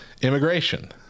immigration